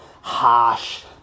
harsh